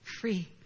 free